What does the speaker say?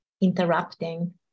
interrupting